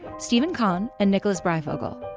steven conn and nicholas breyfogle.